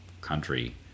country